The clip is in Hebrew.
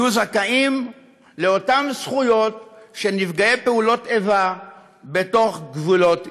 יהיו זכאים לאותן זכויות של נפגעי פעולות איבה בתוך גבולות ישראל.